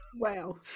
Wow